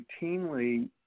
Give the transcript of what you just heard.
routinely